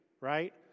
right